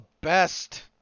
best